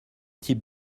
type